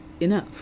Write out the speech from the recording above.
enough